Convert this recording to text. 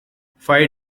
five